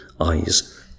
eyes